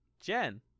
Jen